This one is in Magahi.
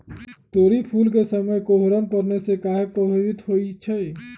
तोरी फुल के समय कोहर पड़ने से काहे पभवित होई छई?